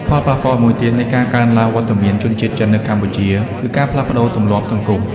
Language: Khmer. ផលប៉ះពាល់មួយទៀតនៃការកើនឡើងវត្តមានជនជាតិចិននៅកម្ពុជា គឺការផ្លាស់ប្តូរទម្លាប់សង្គម។